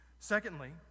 Secondly